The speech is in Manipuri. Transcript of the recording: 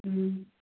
ꯎꯝ